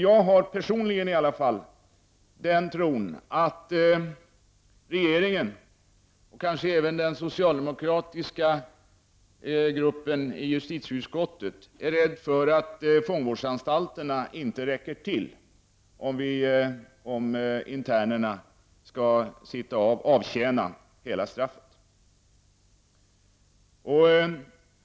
Jag har personligen tron att regeringen, kanske även den socialdemokratiska gruppen i justitieutskottet, är rädd för att fångvårdsanstalterna inte räcker till om internerna skall avtjäna hela straffet.